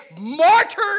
martyr